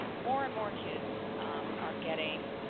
more and more kids are getting,